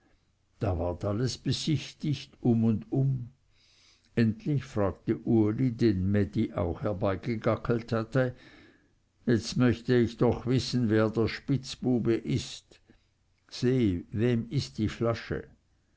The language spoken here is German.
da ward alles besichtigt um und um endlich fragte uli den mädi auch herbeigegackelt hatte jetzt möchte ich doch wissen wer der spitzbube ist seh wem ist die flasche